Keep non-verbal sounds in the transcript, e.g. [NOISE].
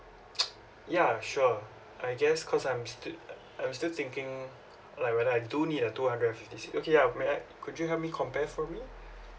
[NOISE] ya sure I guess cause I'm still I'm still thinking like whether I do need a two hundred and fifty six okay I'll may I could you help me compare for me